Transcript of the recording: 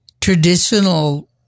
traditional